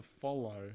follow